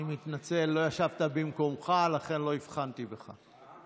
אני מתנצל, לא ישבת במקומך, לכן לא הבחנתי בך.